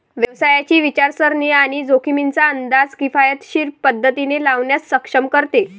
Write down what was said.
व्यवसायाची विचारसरणी आणि जोखमींचा अंदाज किफायतशीर पद्धतीने लावण्यास सक्षम करते